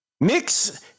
Mix